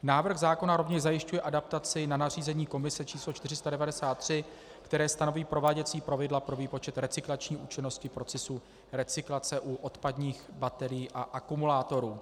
Návrh zákona rovněž zajišťuje adaptaci na nařízení Komise č. 493, které stanoví prováděcí pravidla pro výpočet recyklační účinnosti procesu recyklace u odpadních baterií a akumulátorů.